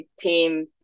team